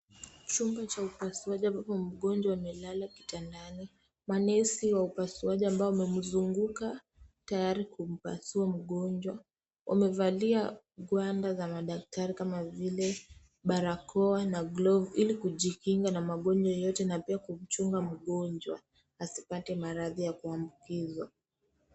Chumba cha upasuaji ambapo mgonjwa amelala kitandani, manesi wa upasuaji ambao wamemuzunguka tayari kumupasua mgonjwa, wamevalia gwanda za madakitari kama vile, barakoa na glovu ili kujikinga na magonjwa yoyote pia kuchunga mgonjwa asipate magonjwa ya kuambukiswa.